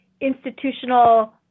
institutional